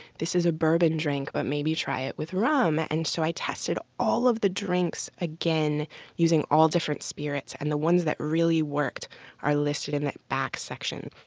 this is a bourbon drink, but maybe try it with rum. and so i tested all of the drinks again using different spirits, and the ones that really worked are listed in the back section.